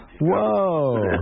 Whoa